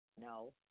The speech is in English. No